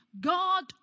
God